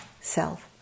self